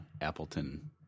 Appleton